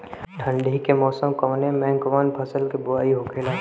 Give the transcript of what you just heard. ठंडी के मौसम कवने मेंकवन फसल के बोवाई होखेला?